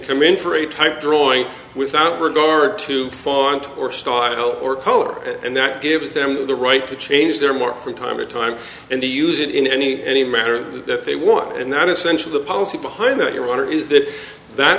come in for a type drawing without regard to font or style or color and that gives them the right to change their more from time to time and they use it in any any matter that they want and that essentially the policy behind that you wonder is that